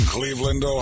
Cleveland